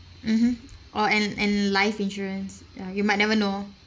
mmhmm or and and life insurance ya you might never know